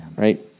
Right